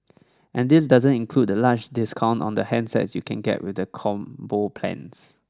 and this doesn't include the large discount on the handsets you can get with the combo plans